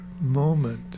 moment